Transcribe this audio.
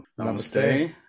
Namaste